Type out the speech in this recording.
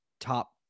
top